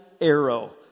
arrow